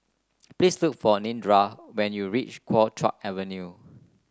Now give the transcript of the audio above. please look for Nedra when you reach Kuo Chuan Avenue